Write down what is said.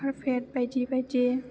आरो पेड बायदि बायदि